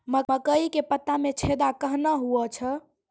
मकई के पत्ता मे छेदा कहना हु छ?